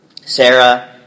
Sarah